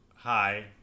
Hi